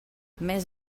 més